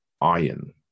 iron